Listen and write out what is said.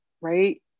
right